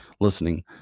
Listening